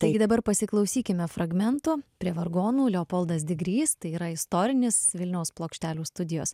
taigi dabar pasiklausykime fragmentų prie vargonų leopoldas digrys tai yra istorinis vilniaus plokštelių studijos